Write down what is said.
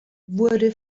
wurde